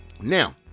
Now